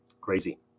crazy